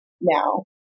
now